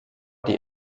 die